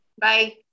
Bye